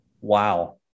Wow